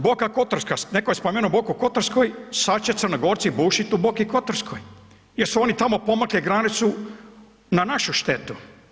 Boka Kotarska, neko je spomenuo Boku Kotorsku sada će Crnogorci bušiti u Boki Kotorskoj jer su oni tamo pomakli granicu na našu štetu.